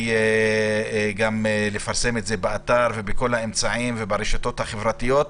וגם לפרסם את זה באתר ובכל האמצעים וברשתות החברתיות.